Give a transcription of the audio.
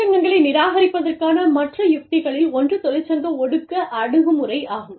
தொழிற்சங்கங்களை நிராகரிப்பதற்கான மற்ற யுக்திகளில் ஒன்று தொழிற்சங்க ஒடுக்க அணுகுமுறை ஆகும்